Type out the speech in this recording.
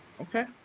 Okay